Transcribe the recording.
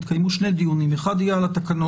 יתקיימו שני דיונים: האחד יהיה על התקנות,